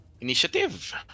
Initiative